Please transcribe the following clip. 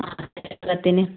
ആ ജനുവരി പത്തിന്